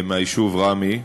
מהיישוב ראמה,